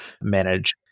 manage